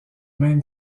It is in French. même